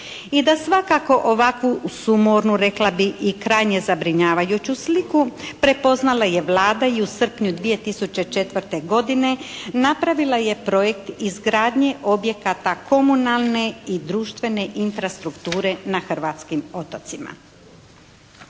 I da svakako ovakvu sumornu rekla bih i krajnje zabrinjavajuću sliku, prepoznala je Vlada i u srpnju 2004. godine napravila je projekt izgradnje objekata komunalne i društvene infrastrukture na hrvatskim otocima.